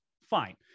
Fine